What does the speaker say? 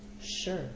Sure